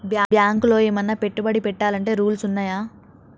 బ్యాంకులో ఏమన్నా పెట్టుబడి పెట్టాలంటే రూల్స్ ఉన్నయా?